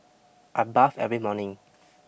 I bath every morning